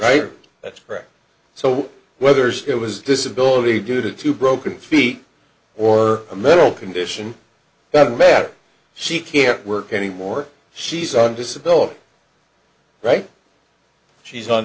right that's correct so whether it was disability due to two broken feet or a mental condition that matter she can't work anymore she's on disability right she's on